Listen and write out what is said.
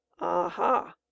Aha